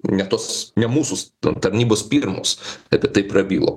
ne tos ne mūsų tarnybos pirmos apie tai prabilo